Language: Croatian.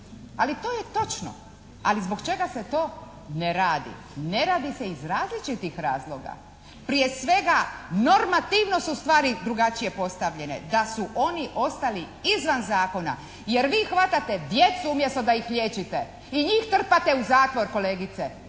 Ali to je točno. Ali, zbog čega se to ne radi? Ne radi se iz različitih razloga. Prije svega, normativno su stvari drugačije postavljene, da su oni ostali izvan zakona jer vi hvatate djecu umjesto da ih liječite i njih trpate u zatvor kolegice